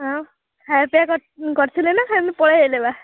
ହଁ ଖାଇବା ପିଇବା କରି କରିଥିଲେ ନା ଏମିତି ପଳେଇ ଆସିଲେ ବା